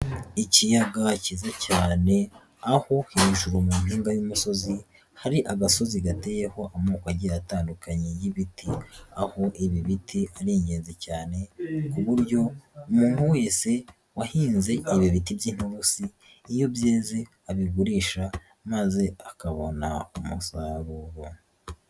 Ikiyaga cyiza cyane aho hejuru mu mpinga y'umusozi hari agasozi gateyeho amoko agiye atandukanye y'ibiti, aho ibi biti ari ingenzi cyane ku buryo umuntu wese wahinze ibi biti by'inturusi iyo byeze abigurisha maze akabona umusaruro.